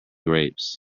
grapes